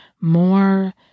more